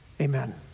Amen